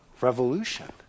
Revolution